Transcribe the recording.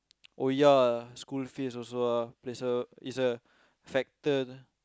oh ya school fees also ah plays a is a factor